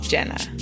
Jenna